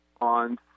on